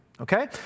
Okay